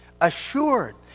Assured